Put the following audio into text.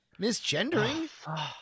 misgendering